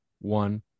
one